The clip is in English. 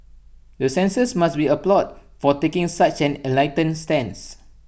the censors must be applauded for taking such an enlightened stance